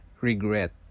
regret